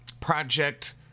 project